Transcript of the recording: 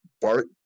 Bart